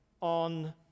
on